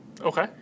Okay